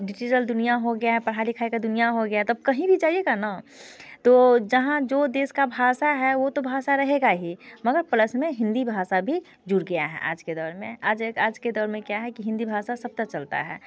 digital दुनिया हो गया है पढ़ाई लिखाई का दुनिया हो गया है तब कहीं भी जाइएगा ना तो जहाँ जो देश का भाषा है वो तो भाषा रहेगा ही मगर प्लस में हिंदी भाषा भी जुड़ गया है आज के दौर में आज एक आज के दौर में क्या है कि हिंदी भाषा सब जगह चलता है